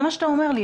זה מה שאתה אומר לי?